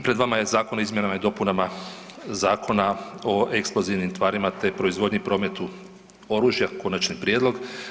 Pred vama je Zakon o izmjenama i dopunama Zakona o eksplozivnim tvarima te proizvodnji i prometu oružja, konačni prijedlog.